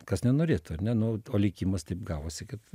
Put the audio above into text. kas nenorėtų ar ne nu o likimas taip gavosi kad